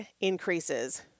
increases